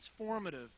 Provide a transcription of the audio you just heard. transformative